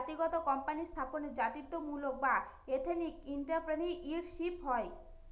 জাতিগত কোম্পানি স্থাপনে জাতিত্বমূলক বা এথেনিক এন্ট্রাপ্রেনিউরশিপ হয়